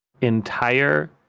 entire